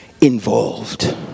involved